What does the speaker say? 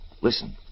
Listen